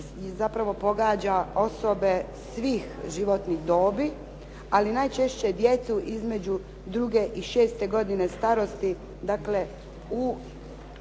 zapravo pogađa osobe svih životnih dobi, ali najčešće djecu između druge i šeste godine starosti, dakle u